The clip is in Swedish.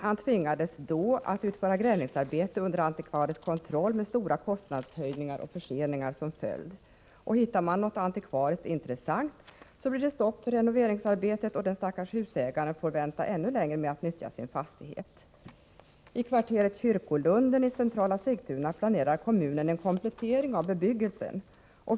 Han tvingades då att utföra grävningsarbete under antikvarisk kontroll, med stora kostnadshöjningar och förseningar som följd. Hittar man något antikvariskt intressant blir det stopp för renoveringsarbetet, och den stackars husägaren får då vänta ännu längre med att nyttja sin fastighet. I kvarteret Kyrkolunden i centrala Sigtuna planerar kommunen en komplettering av bebyggelsen.